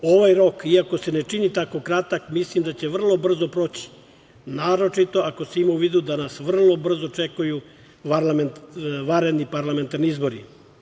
Ovaj rok, iako se ne čini tako kratak, mislim da će vrlo brzo proći, naročito ako se ima u vidu da nas vrlo brzo čekaju vanredni parlamentarni izbori.